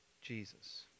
Jesus